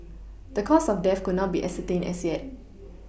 the cause of death could not be ascertained as yet